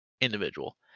individual